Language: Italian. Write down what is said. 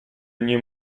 ogni